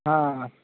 હા